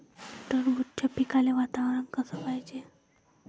टरबूजाच्या पिकाले वातावरन कस पायजे?